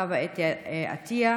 חוה אתי עטייה,